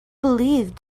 believed